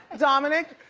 dominic,